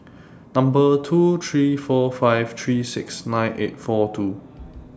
Number two three four five three six nine eight four two